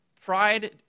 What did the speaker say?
Pride